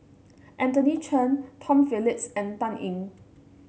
Anthony Chen Tom Phillips and Dan Ying